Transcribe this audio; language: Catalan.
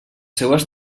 seues